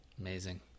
Amazing